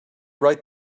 write